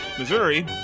Missouri